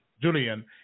Julian